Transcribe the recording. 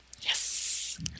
Yes